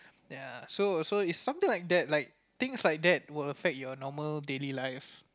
ya so so is something like that like things like that will affect your normal daily lives